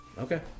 Okay